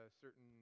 certain